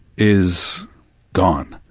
is gone.